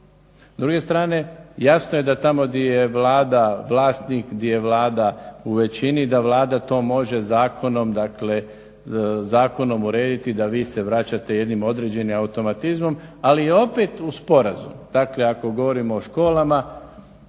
S druge strane, jasno je da tamo di je Vlada vlasnik, di je Vlada u većini, da Vlada to može zakonom, dakle zakonom urediti da vi se vraćate jednim određenim automatizmom. Ali opet uz sporazum. Dakle, ako govorimo o školama,